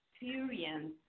experience